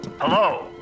Hello